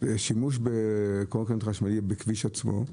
שימוש בקורקינט חשמלי בכביש עצמו?